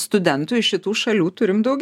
studentų iš šitų šalių turim daug